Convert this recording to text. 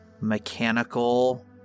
mechanical